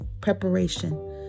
preparation